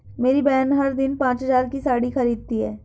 मेरी बहन हर दिन पांच हज़ार की साड़ी खरीदती है